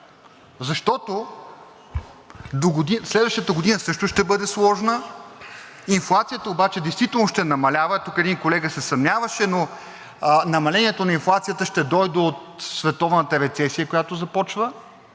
защото следващата година също ще бъде сложна. Инфлацията обаче действително ще намалява и тук един колега се съмняваше, но намалението на инфлацията ще дойде от световната рецесия, която започва.